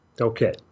Okay